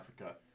Africa